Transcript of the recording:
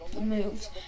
moves